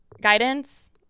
Guidance